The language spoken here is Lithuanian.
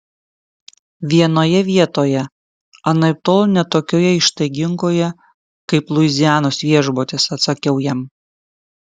vienoje vietoje anaiptol ne tokioje ištaigingoje kaip luizianos viešbutis atsakiau jam